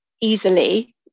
easily